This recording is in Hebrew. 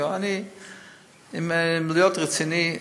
אם להיות רציני,